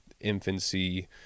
infancy